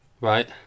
Right